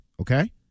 Okay